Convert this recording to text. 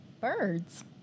Birds